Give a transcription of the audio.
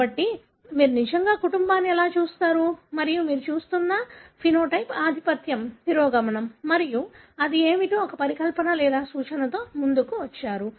కాబట్టి మీరు నిజంగా కుటుంబాన్ని ఎలా చూస్తారు మరియు మీరు చూస్తున్న సమలక్షణం ఆధిపత్యం తిరోగమనం మరియు అది ఏమిటో ఒక పరికల్పన లేదా సూచనతో ముందుకు వచ్చారు